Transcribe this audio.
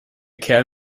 kerl